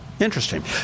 Interesting